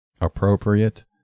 appropriate